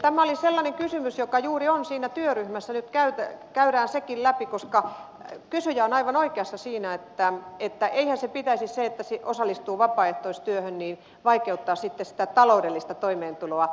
tämä oli sellainen kysymys joka juuri on siinä työryhmässä nyt käydään sekin läpi koska kysyjä on aivan oikeassa siinä että eihän sen että osallistuu vapaaehtoistyöhön pitäisi vaikeuttaa sitten sitä taloudellista toimeentuloa